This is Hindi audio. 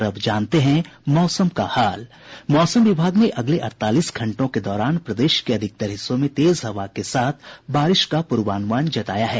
और अब जानते हैं मौसम का हाल मौसम विभाग ने अगले अड़तालीस घंटों के दौरान प्रदेश के अधिकतर हिस्सों में तेज हवा के साथ बारिश का पूर्वानुमान जताया है